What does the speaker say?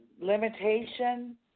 limitation